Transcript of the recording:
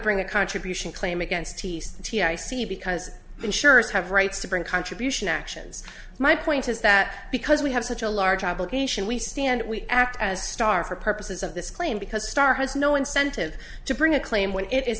bring that contribution claim against tiste i see because insurers have rights to bring contribution actions my point is that because we have such a large obligation we stand we act as star for purposes of this claim because a star has no incentive to bring a claim when it is